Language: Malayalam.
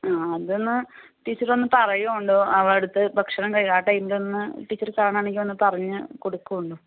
ആ അതൊന്ന് ടീച്ചറൊന്ന് പറയോന്തോ അവളടുത്ത് ഭക്ഷണം കഴിക്കാൻ ആ ടൈമിലൊന്ന് ടീച്ചർ കാണേണങ്കിൽ ഒന്ന് പറഞ്ഞ് കൊടുക്കോലോ